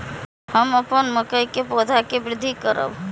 हम अपन मकई के पौधा के वृद्धि करब?